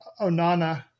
Onana